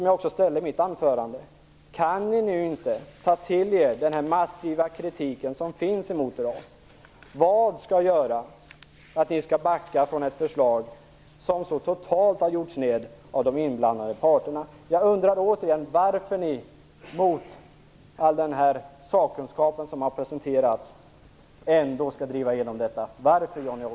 Jag ställde i mitt anförande frågan: Kan ni nu inte ta till er den massiva kritiken som finns mot RAS? Vad skall göra att ni skall backa från ert förslag, som så totalt har gjorts ned av de inblandade parterna? Jag undrar återigen varför ni mot all denna sakkunskap som har presenterats ändå skall driva igenom detta. Varför, Johnny